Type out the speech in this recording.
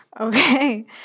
Okay